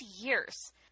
years